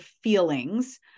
feelings